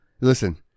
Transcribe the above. Listen